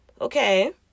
Okay